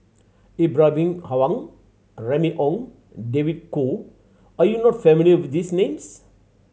Ibrahim Awang Remy Ong David Kwo are you not familiar with these names